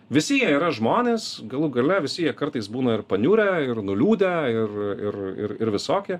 visi jie yra žmonės galų gale visi jie kartais būna ir paniurę ir nuliūdę ir ir ir ir visokie